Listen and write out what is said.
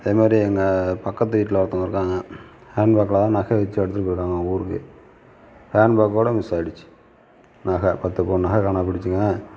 அதேமேரி எங்கள் பக்கத்து வீட்டில் ஒருத்தவங்க இருக்காங்க ஹேண்ட்பேக்கில்தான் நகை வச்சு எடுத்துகிட்டு போயிருக்காங்க அவங்க ஊருக்கு ஹேண்ட்பேக்கோடு மிஸ் ஆயிடுச்சு நகை பத்து பவுன் நகை காணாம போயிடுச்சுங்க